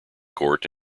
court